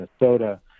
Minnesota